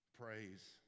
praise